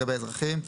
לגבי אזרחים.